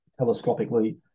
telescopically